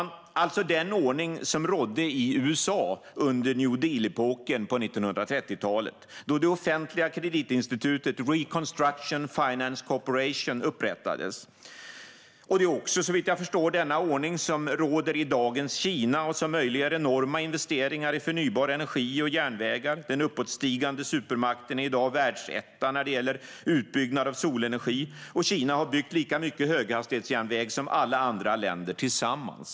Det är alltså den ordning som rådde i USA under New Deal-epoken på 1930-talet, då det offentliga kreditinstitutet Reconstruction Finance Corporation upprättades. Det är också, såvitt jag förstår, denna ordning som råder i dagens Kina och som möjliggör enorma investeringar i förnybar energi och järnvägar. Den uppåtstigande supermakten är i dag världsetta när det gäller utbyggnad av solenergi, och Kina har byggt lika mycket höghastighetsjärnväg som alla andra länder tillsammans.